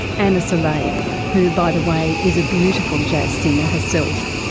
and so like who by the way is a beautiful jazz singer herself,